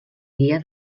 guia